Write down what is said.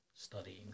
studying